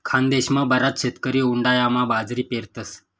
खानदेशमा बराच शेतकरी उंडायामा बाजरी पेरतस